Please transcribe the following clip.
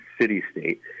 city-state